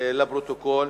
לפרוטוקול.